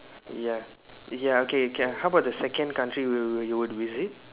ya ya okay okay how about the second country you will you would visit